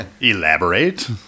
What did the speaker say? Elaborate